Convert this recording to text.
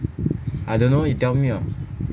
I don't know you tell me ah